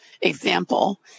example